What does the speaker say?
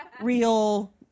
real